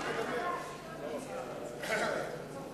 ואנחנו נתגונן.